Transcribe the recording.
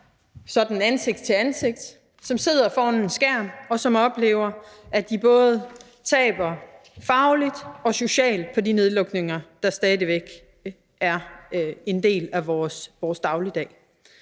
sådan ansigt til ansigt, som sidder foran en skærm, og som oplever, at de både taber fagligt og socialt på de nedlukninger, der stadig væk er en del af dagligdagen.